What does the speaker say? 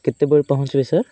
କେତେବେଳେ ପହଞ୍ଚିବେ ସାର୍